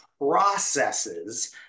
processes